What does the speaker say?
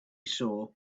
saw